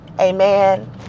Amen